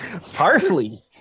parsley